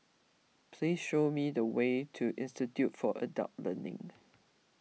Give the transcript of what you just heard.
please show me the way to Institute for Adult Learning